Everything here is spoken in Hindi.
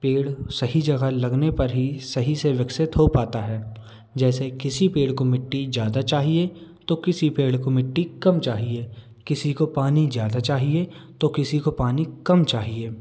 पेड़ सही जगह लगने पर ही सही से विकसित हो पाता है जैसे किसी पेड़ को मिट्टी ज्यादा चाहिए तो किसी पेड़ को मिट्टी कम चाहिए किसी को पानी ज्यादा चाहिए तो किसी को पानी कम चाहिए